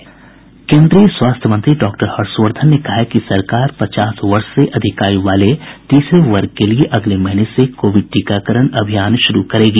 केद्रीय स्वास्थ्य मंत्री डॉक्टर हर्षवर्धन ने कहा है कि सरकार पचास वर्ष से अधिक आयु वाले तीसरे वर्ग के लिए अगले महीने से कोविड टीकाकरण अभियान शुरू करेगी